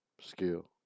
skill